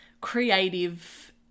creative